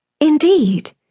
Indeed